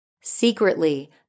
Secretly